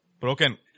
broken